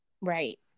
Right